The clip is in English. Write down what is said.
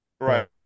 Right